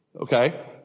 okay